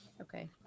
Okay